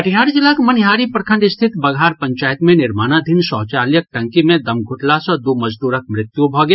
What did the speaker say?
कटिहार जिलाक मनिहारी प्रखंड स्थित बघार पंचायत मे निर्माणाधीन शौचालयक टंकी मे दम घुटला सँ दू मजदूरक मृत्यु भऽ गेल